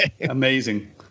Amazing